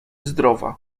zdrowa